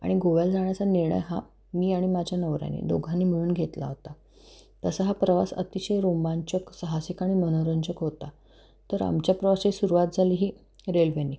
आणि गोव्याला जाण्याचा निर्णय हा मी आणि माझ्या नवऱ्याने दोघांनी मिळून घेतला होता तसं हा प्रवास अतिशय रोमांचक साहसी आणि मनोरंजक होता तर आमच्या प्रवासाची सुरुवात झाली ही रेल्वेने